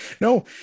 No